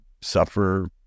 suffer